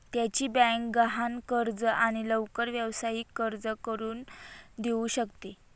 त्याची बँक गहाण कर्ज आणि लवकर व्यावसायिक कर्ज करून देऊ शकते